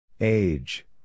Age